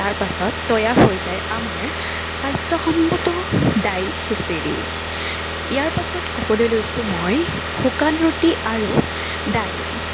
তাৰপাছত তৈয়াৰ হৈ যায় আমাৰ স্বাস্থ্যসন্মত দাইল খিচিৰি ইয়াৰ পাছত ক'বলৈ লৈছোঁ মই শুকান ৰুটি আৰু দাইল